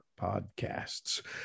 podcasts